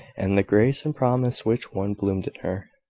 and the grace and promise which once bloomed in her.